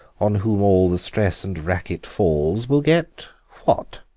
on whom all the stress and racket falls, will get what?